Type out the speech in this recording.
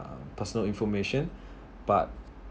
uh personal information but